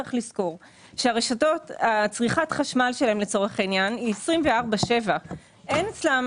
צריך לזכור שצריכת החשמל של הרשתות היא 24/7. אין אצלם